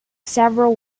several